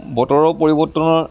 বতৰৰ পৰিৱৰ্তনৰ